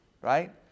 Right